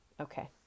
Okay